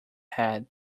head